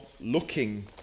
looking